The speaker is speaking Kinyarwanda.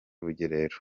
rugerero